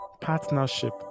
partnership